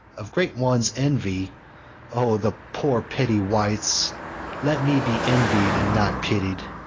of great ones' envy o' the poor petty wights let me be envied and not pitied.